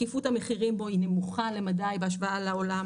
שקיפות המחירים בו היא נמוכה למדי בהשוואה לעולם